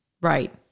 Right